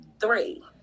three